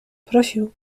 prosił